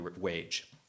wage